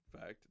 fact